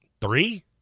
Three